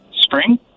spring